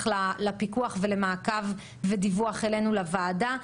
לפיקוח ולמעקב ודיווח אלינו לוועדה.